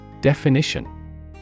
Definition